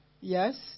Yes